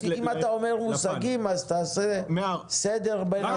אם אתה אומר מושגים, אז תעשה סדר בין הדברים.